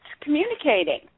communicating